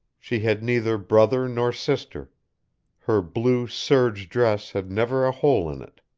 she had neither brother nor sister her blue serge dress had never a hole in it